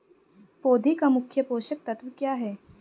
पौधे का मुख्य पोषक तत्व क्या हैं?